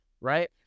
Right